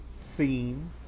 scene